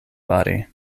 body